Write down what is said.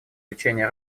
лечения